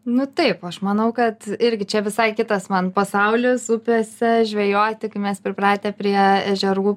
nu taip aš manau kad irgi čia visai kitas man pasaulis upėse žvejoja tik mes pripratę prie ežerų